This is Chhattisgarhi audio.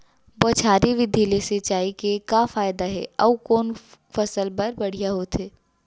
बौछारी विधि ले सिंचाई के का फायदा हे अऊ कोन फसल बर बढ़िया होथे?